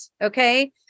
okay